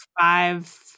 five